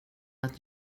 att